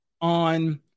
on